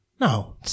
No